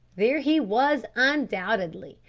there he was, undoubtedly.